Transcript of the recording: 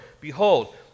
Behold